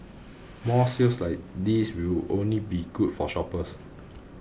more sales like these will only be good for shoppers